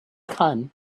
can